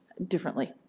differently?